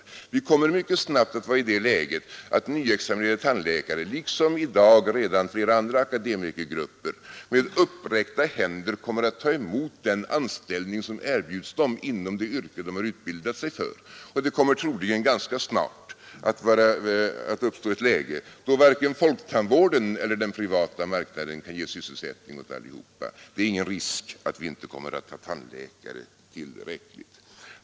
Vi kommer mycket snabbt att vara i det läget att nyexaminerade tandläkare, liksom i dag redan flera andra akademikergrupper, med uppräckta händer kommer att ta emot den anställning som erbjuds dem inom det yrke de har utbildat sig för. Troligen kommer det ganska snart att uppstå en situation där varken folktandvården eller den privata marknaden kan ge sysselsättning åt allihop. Det är ingen risk för att vi inte kommer att ha tandläkare tillräckligt.